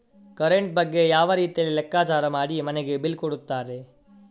Current ಬಗ್ಗೆ ಯಾವ ರೀತಿಯಲ್ಲಿ ಲೆಕ್ಕಚಾರ ಮಾಡಿ ಮನೆಗೆ ಬಿಲ್ ಕೊಡುತ್ತಾರೆ?